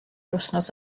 wythnos